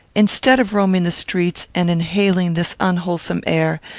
instead of roaming the streets and inhaling this unwholesome air,